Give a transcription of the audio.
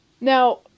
Now